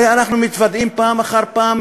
הרי אנחנו מתוודעים פעם אחר פעם